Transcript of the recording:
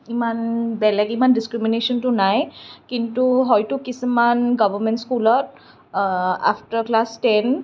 ইমান বেলেগ ইমান ডিচক্ৰিমিনেচনটো নাই কিন্তু হয়তো কিছুমান গভৰ্মেণ্ট স্কুলত আফটাৰ ক্লাছ টেন